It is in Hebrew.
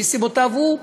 מסיבותיו הוא,